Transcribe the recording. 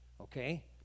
Okay